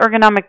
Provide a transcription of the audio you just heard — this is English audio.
ergonomic